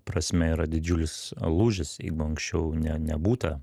prasme yra didžiulis lūžis jeigu anksčiau ne nebūta